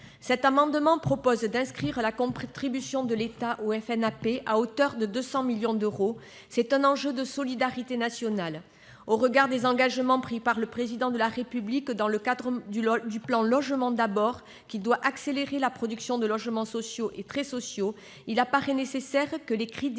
Cet amendement tend à inscrire la contribution de l'État au financement du FNAP à hauteur de 200 millions d'euros ; il s'agit d'un enjeu de solidarité nationale. Au regard des engagements pris par le Président de la République dans le cadre du plan Logement d'abord, qui doit accélérer la production de logements sociaux et très sociaux, il paraît nécessaire que les crédits